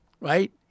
Right